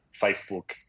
Facebook